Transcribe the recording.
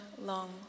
long